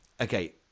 Okay